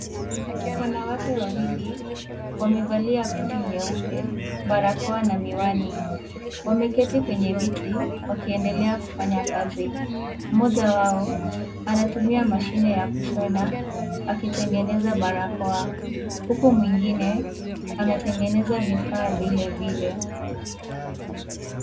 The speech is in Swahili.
Wanawake wawili, wamevalia koti nyeupe, barakoa na miwani. Wameketi kwenye viti, wakiendelea kufanya kazi. Mmoja wao, anatumia mashine ya kushona, akitengeneza barakoa. Huku mwingine, anatengeneza vifaa vile vile.